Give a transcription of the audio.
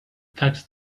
tax